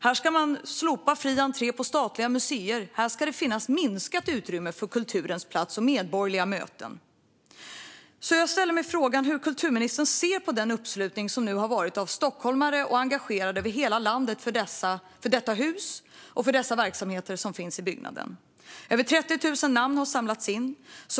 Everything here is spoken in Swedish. Här ska man slopa fri entré på statliga museer. Här ska det finnas minskat utrymme för kulturen och medborgerliga möten. Jag ställer mig frågan hur kulturministern ser på den uppslutning som nu har varit från stockholmare och engagerade över hela landet för detta hus och för de verksamheter som finns i byggnaden. Över 30 000 namn har samlats in.